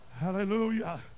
hallelujah